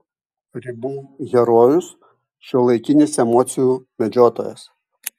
ribų herojus šiuolaikinis emocijų medžiotojas